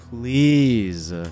Please